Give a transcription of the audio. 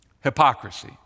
hypocrisy